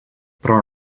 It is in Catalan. però